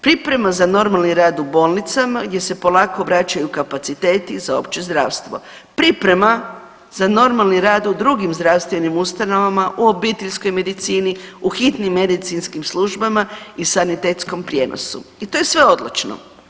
Priprema za normalni rad u bolnicama gdje se polako vraćaju kapaciteti za opće zdravstvo, priprema za normalni rad u drugim zdravstvenim ustanovama u obiteljskoj medicini u hitnim medicinskim službama i sanitetskom prijenosu i to je sve odlično.